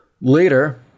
Later